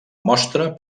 mostra